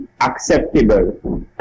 acceptable